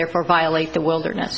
therefore violate the wilderness